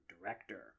director